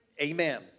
Amen